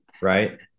right